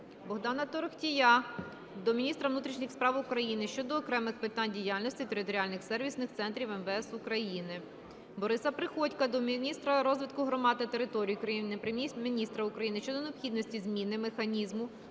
Богдана Торохтія до міністра внутрішніх справ України щодо окремих питань діяльності територіальних сервісних центрів МВС України. Бориса Приходька до міністра розвитку громад та територій України, Прем'єр-міністра України щодо необхідності зміни механізму